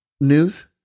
news